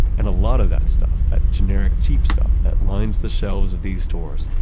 and a lot of that stuff, that generic cheap stuff, that lines the shelves of these stores,